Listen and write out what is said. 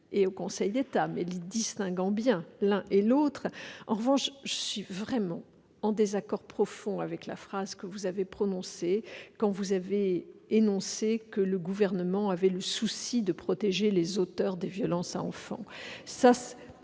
et au Conseil d'État, les distinguant bien l'un et l'autre, en revanche, je suis vraiment en désaccord profond avec la phrase que vous avez prononcée quand vous avez énoncé que le Gouvernement avait le souci de protéger les auteurs des violences à enfants.